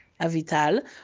Avital